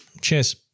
cheers